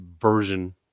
version